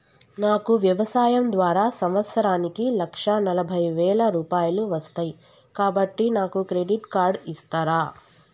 నాకు వ్యవసాయం ద్వారా సంవత్సరానికి లక్ష నలభై వేల రూపాయలు వస్తయ్, కాబట్టి నాకు క్రెడిట్ కార్డ్ ఇస్తరా?